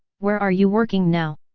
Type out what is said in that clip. where are you working now?